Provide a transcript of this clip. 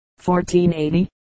1480